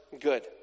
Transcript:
good